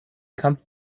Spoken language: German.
kannst